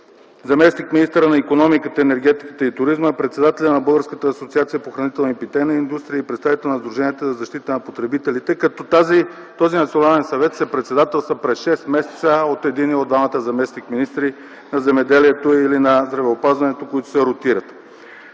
заместник-министърът на икономиката, енергетиката и туризма, председателят на Българската асоциация по хранителна и питейна индустрия и представители на сдруженията за защита на потребителите, като този национален съвет се председателства през шест месеца от единия от двамата заместник-министри на земеделието или на здравеопазването, които се ротират.